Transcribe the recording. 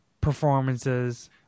performances